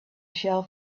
shell